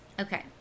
Okay